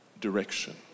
direction